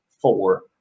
four